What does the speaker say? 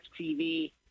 TV